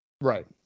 Right